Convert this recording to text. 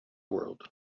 world